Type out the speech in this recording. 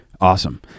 awesome